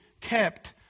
kept